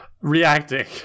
reacting